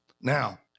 Now